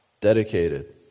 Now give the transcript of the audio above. dedicated